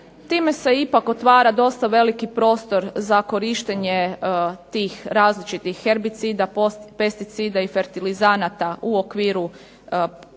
time se ipak otvara dosta veliki prostor za korištenje tih različitih herbicida, pesticida i fertilizanata u okviru